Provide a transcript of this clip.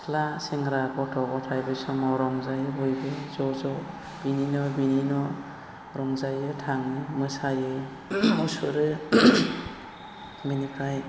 सिख्ला सेंग्रा गथ' गथाय बे समाव रंजायो बयबो ज' ज' बिनि न' बिनि न' रंजायो थांङो मोसायो मुसुरो बेनिफ्राय